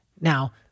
Now